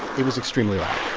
it was extremely loud